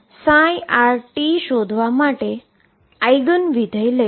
rt શોધવા માટે eigen function લઈશું